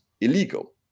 Illegal